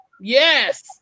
yes